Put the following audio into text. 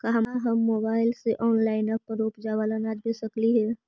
का हम मोबाईल से ऑनलाइन अपन उपजावल अनाज बेच सकली हे?